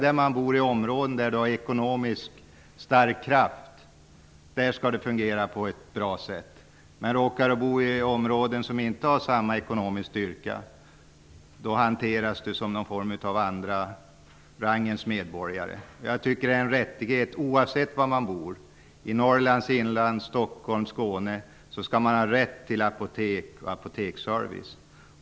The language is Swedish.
Är det bara i områden som är ekonomiskt starka som det skall fungera på ett bra sätt? Om man råkar bo i områden som inte har samma ekonomiska styrka, hanteras man som en andra rangens medborgare. Jag tycker att det är en rättighet att ha tillgång till apotek och apoteksservice oavsett var man bor, i Norrlands inland, Stockholm eller Skåne.